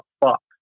fuck